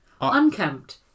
Unkempt